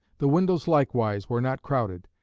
the windows likewise were not crowded,